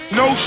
no